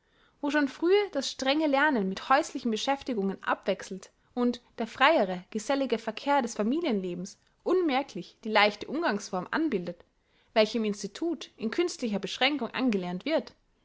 wo schon frühe das strenge lernen mit häuslichen beschäftigungen abwechselt und der freiere gesellige verkehr des familienlebens unmerklich die leichte umgangsform anbildet welche im institut in künstlicher beschränkung angelernt wird